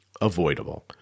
avoidable